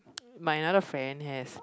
my another friend has